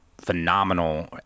phenomenal